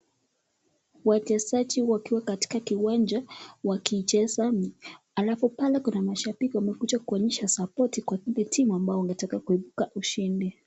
Wachezaji wakiwa katika kiwanja, wakicheza, alafu pale kuna mashabiki wamekuja kuonyesha sapoti kwa ilee timu wangetaka kuibuka mshindi.